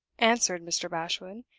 answered mr. bashwood,